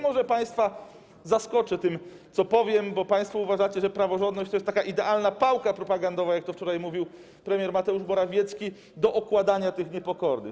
Może państwa zaskoczę tym, co powiem, bo państwo uważacie, że praworządność to jest taka idealna pałka propagandowa, jak to wczoraj mówił premier Mateusz Morawiecki, do okładania tych niepokornych.